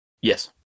Yes